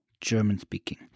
German-speaking